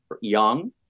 young